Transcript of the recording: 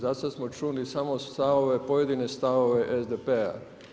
Za sad smo čuli samo stavove, pojedine stavove SDP-a.